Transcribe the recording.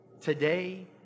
today